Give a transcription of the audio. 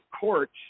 courts